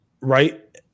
Right